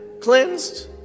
cleansed